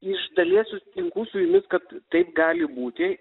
iš dalies sutinku su jumis kad taip gali būti